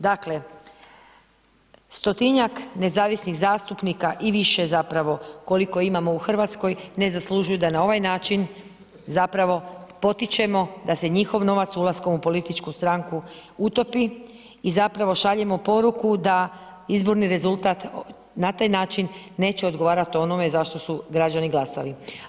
Dakle, stotinjak nezavisnih zastupnika i više zapravo, koliko imamo u Hrvatskoj, ne zaslužuju da na ovaj način zapravo potičemo da se njihov novac ulaskom u političku stranku utopi i zapravo šaljemo poruku da izborni rezultat, na taj način neće odgovarati onome zašto su građani glasali.